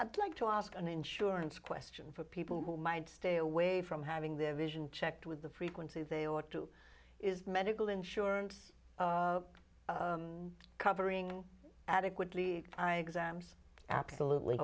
i'd like to ask an insurance question for people who might stay away from having their vision checked with the frequency they ought to is medical insurance covering adequately eye exams absolutely